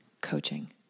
coaching